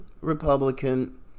Republican